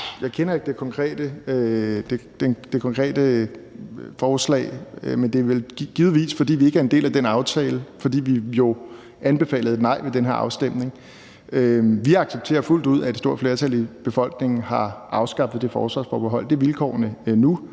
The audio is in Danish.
Jeg kender ikke det konkrete forslag, men det er vel givetvis, fordi vi ikke er en del af den aftale, fordi vi jo anbefalede et nej ved den her afstemning. Vi accepterer fuldt ud, at et stort flertal i befolkningen har afskaffet det forsvarsforbehold. Det er vilkårene nu,